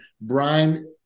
brian